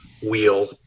wheel